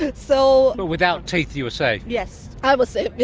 and so but without teeth, you were safe. yes, i was safe,